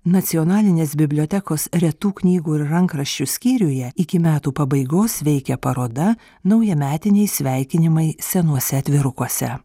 nacionalinės bibliotekos retų knygų ir rankraščių skyriuje iki metų pabaigos veikia paroda naujametiniai sveikinimai senuose atvirukuose